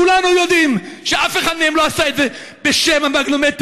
כולנו יודעים שאף אחד מהם לא עשה את זה בשם המגנומטר,